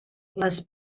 les